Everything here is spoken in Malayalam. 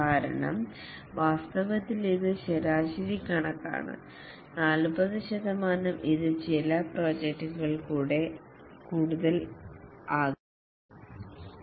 കാരണം വാസ്തവത്തിൽ ഇത് ശരാശരി കണക്കാണ് 40 ശതമാനം ഇത് ചില പ്രോജക്റ്റുകൾക്ക് കൂടുതൽ ആകാം